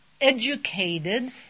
educated